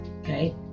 okay